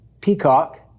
peacock